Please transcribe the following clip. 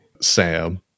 sam